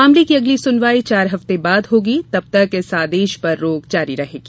मामले की अगली सुनवाई चार हफ्ते बाद होगी तब तक इस आदेश पर रोक जारी रहेगी